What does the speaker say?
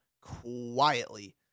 quietly